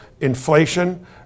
inflation